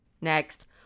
next